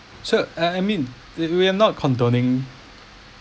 so I I mean we're not condoning